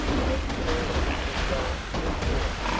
the next morning was bright and clear.